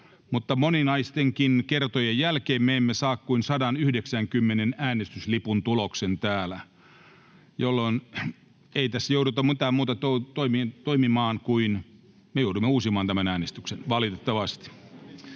mutta moninaistenkin kertojen jälkeen me emme saa kuin 190 äänestyslipun tuloksen täällä, jolloin ei tässä voida mitenkään muuten toimia kuin että me joudumme uusimaan tämän äänestyksen, valitettavasti.